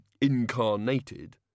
incarnated